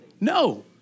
No